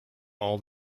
all